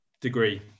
degree